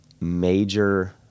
major